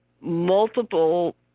multiple